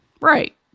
Right